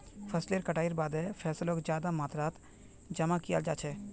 फसलेर कटाईर बादे फैसलक ज्यादा मात्रात जमा कियाल जा छे